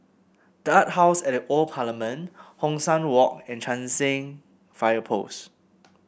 The Art House at The Old Parliament Hong San Walk and Cheng San Fire Post